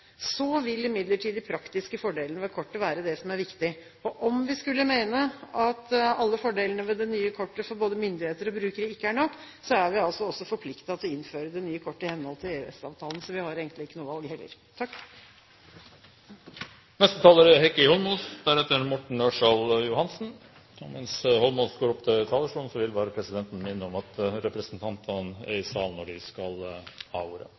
vil imidlertid de praktiske fordelene ved kortet være det som er viktig. Om vi skulle mene at alle fordelene ved det nye kortet for både myndigheter og brukere ikke er nok, er vi altså forpliktet til å innføre det nye kortet i henhold til EØS-avtalen, så vi har egentlig ikke noe valg! Neste taler er Heikki Holmås. Mens Holmås går opp til talerstolen, vil presidenten minne om at representantene skal være i salen når de skal ha ordet.